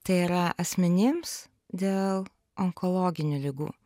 tai yra asmenims dėl onkologinių ligų